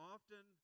Often